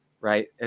right